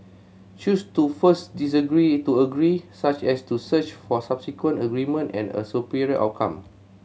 choose to first disagree to agree such as to search for subsequent agreement and a superior outcome